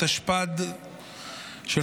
התשפ"ד 2024,